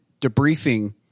debriefing